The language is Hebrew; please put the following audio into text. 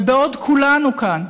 ובעוד כולנו כאן